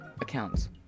accounts